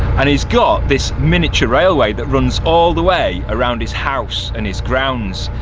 and he's got this miniature railway that runs all the way around his house and his grounds.